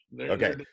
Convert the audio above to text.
Okay